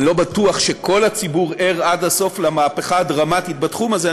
ואני לא בטוח שכל הציבור ער עד הסוף למהפכה הדרמטית בתחום הזה,